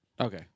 Okay